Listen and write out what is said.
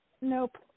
Nope